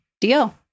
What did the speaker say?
deal